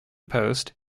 post